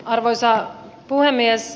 arvoisa puhemies